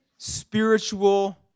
Spiritual